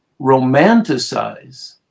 romanticize